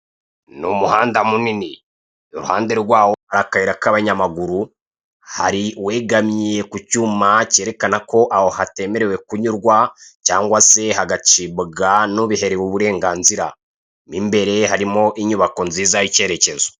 Ni umuhanda munini, iruhande rwawo hari akayira k' abanyamaguru ,hari uwegamye kucyuma kerekana ko aho hatemerewe kunyurwa , cyangwa se hagacibwa n' ubiherewe uburenganzira, mo imbere harimo inyubako nziza y' ikerekezo.